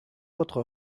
votre